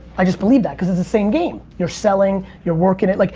i just believe that cause it's the same game. you're selling, you're workin' it. like